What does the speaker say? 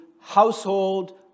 household